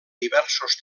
diversos